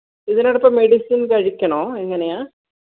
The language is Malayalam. ഇവരെടുത്തെ മെഡിസിൻ കഴിക്കണോ എങ്ങനെയാ